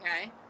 Okay